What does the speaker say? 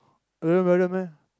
real brother meh